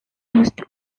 used